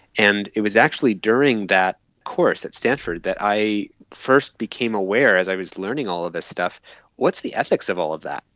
and it was actually during that course at stanford that i first became aware as i was learning all of this stuff what's the ethics of all of that?